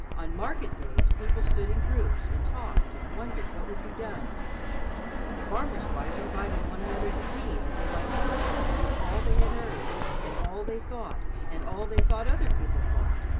on market-days, people stood in groups and talked and wondered what would be done the farmers' wives invited one another to tea that they might tell one another all they had heard and all they thought and all they thought other people thought.